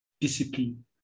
discipline